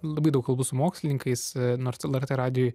labai daug kalbu su mokslininkais nors lrt radijui